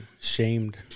shamed